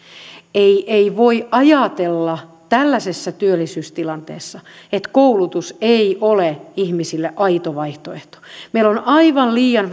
ei ei voi ajatella tällaisessa työllisyystilanteessa että koulutus ei ole ihmisille aito vaihtoehto meillä on aivan liian